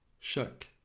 Chaque